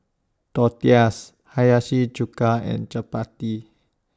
Tortillas Hiyashi Chuka and Chapati